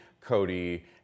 Cody